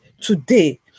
today